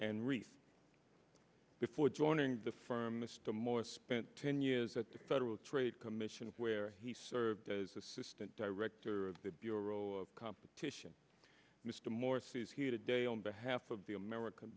and reese before joining the firm mr morris spent ten years at the federal trade commission where he served as assistant director of the bureau of competition mr morsi is here today on behalf of the american